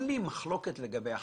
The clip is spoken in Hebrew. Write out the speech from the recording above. אין לי מחלוקת לבי החקיקה.